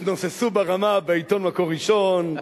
יתנוססו ברמה בעיתון "מקור ראשון",